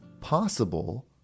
possible